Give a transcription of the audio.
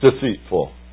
deceitful